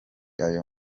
ayo